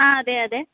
ആ അതെ അതെ